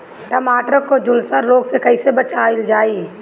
टमाटर को जुलसा रोग से कैसे बचाइल जाइ?